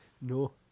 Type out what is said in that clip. No